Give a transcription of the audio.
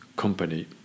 Company